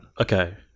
Okay